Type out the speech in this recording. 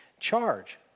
charge